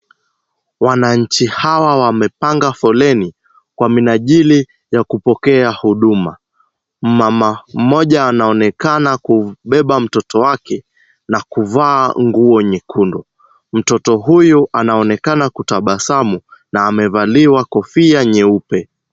Wananchi hawa wamepanga foleni kwa minajili ya kupokea huduma, mama mmoja anaonekana kubeba mtoto wake na kuvaa nguo nyekundu. Mtoto huyu anaonekana kutabasamu na amevalishwa kofia nyeupe.